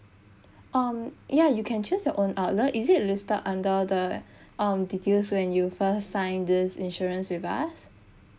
um ya you can choose your own outlet is it listed under the um details when you first sign this insurance with us